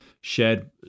shared